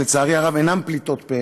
שלצערי הרב אינן פליטות פה,